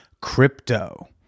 Crypto